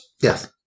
Yes